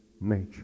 nature